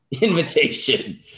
invitation